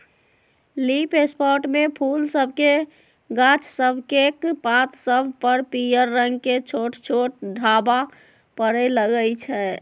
leaf spot में फूल सभके गाछ सभकेक पात सभ पर पियर रंग के छोट छोट ढाब्बा परै लगइ छै